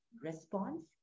response